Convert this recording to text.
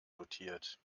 dotiert